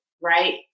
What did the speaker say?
right